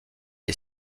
est